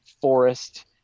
forest